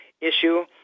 issue